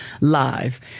live